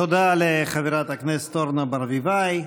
תודה לחברת הכנסת אורנה ברביבאי.